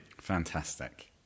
Fantastic